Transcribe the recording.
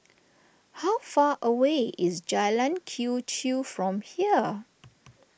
how far away is Jalan Quee Chew from here